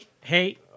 hey